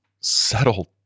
settle